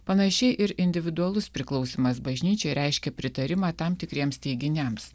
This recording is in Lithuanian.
panašiai ir individualus priklausymas bažnyčiai reiškia pritarimą tam tikriems teiginiams